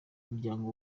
umuryango